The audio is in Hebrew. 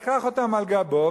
לקח אותם על גבו,